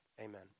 Amen